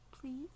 Please